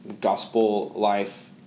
gospel-life